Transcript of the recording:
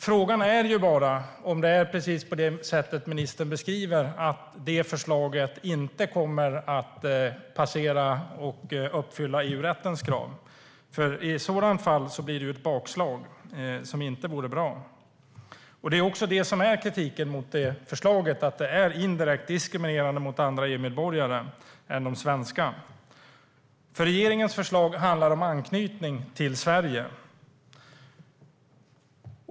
Frågan är bara om det är som ministern säger, att det förslaget inte kommer att passera och uppfylla EU-rättens krav. I sådana fall blir det ett bakslag som inte vore bra. Kritiken mot förslaget är att det är indirekt diskriminerande mot andra EU-medborgare än de svenska. Regeringens förslag handlar om anknytning till Sverige.